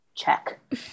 Check